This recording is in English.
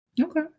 Okay